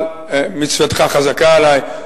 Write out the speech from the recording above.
אבל מצוותך חזקה עלי.